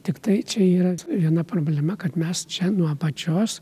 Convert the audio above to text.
tiktai čia yra viena problema kad mes čia nuo apačios